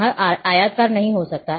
यह आयताकार नहीं हो सकता